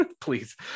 Please